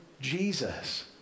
Jesus